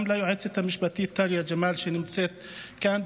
גם ליועצת המשפטית טליה ג'מאל, שנמצאת כאן.